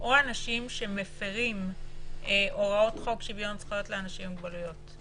או אנשים שמפרים הוראות חוק שוויון זכויות לאנשים עם מוגבלויות.